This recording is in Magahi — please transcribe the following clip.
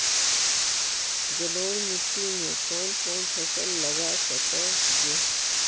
जलोढ़ मिट्टी में कौन कौन फसल लगा सक हिय?